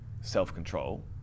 self-control